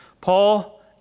Paul